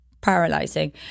paralyzing